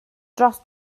dros